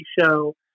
show